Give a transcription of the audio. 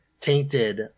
tainted